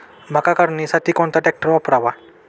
मका काढणीसाठी कोणता ट्रॅक्टर वापरावा?